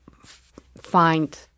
find